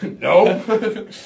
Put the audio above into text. No